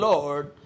Lord